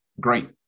great